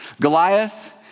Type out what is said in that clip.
Goliath